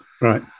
right